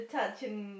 touching